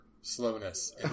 slowness